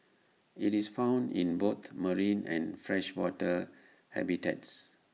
IT is found in both marine and freshwater habitats